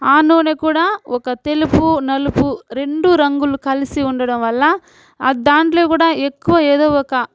ఆ నూనె కూడా ఒక తెలుపు నలుపు రెండు రంగులు కలిసి ఉండడం వల్ల అది దాంట్లో కూడా ఎక్కువ ఏదో ఒక